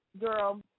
girl